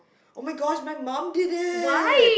oh-my-gosh my mum did it